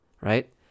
Right